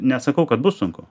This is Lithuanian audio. nesakau kad bus sunku